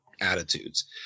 attitudes